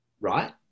right